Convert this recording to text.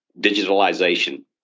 digitalization